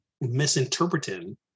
misinterpreting